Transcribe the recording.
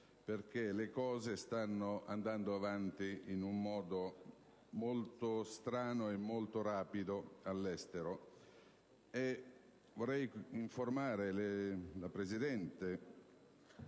perché le cose stanno andando avanti in modo molto strano e rapido all'estero. Vorrei pertanto informare la Presidente,